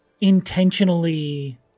intentionally